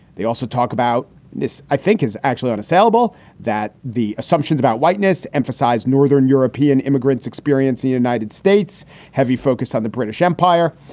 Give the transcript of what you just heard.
they also talk about this, i think is actually unassailable that the assumptions about whiteness emphasized northern european immigrants experience the united states heavy focus on the british empire.